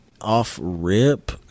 off-rip